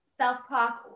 self-talk